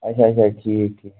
اَچھا اَچھا ٹھیٖک ٹھیٖک